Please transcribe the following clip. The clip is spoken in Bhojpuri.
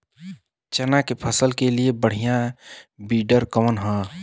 चना के फसल के लिए बढ़ियां विडर कवन ह?